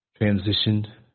transitioned